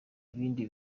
ibindi